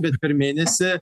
bet per mėnesį